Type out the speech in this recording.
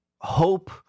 hope